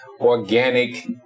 organic